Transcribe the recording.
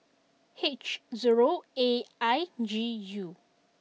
H zero A I G U